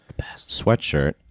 sweatshirt